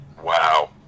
Wow